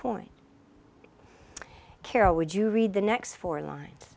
point carol would you read the next four lines